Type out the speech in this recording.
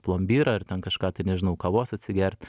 plombyrą ar ten kažką tai nežinau kavos atsigert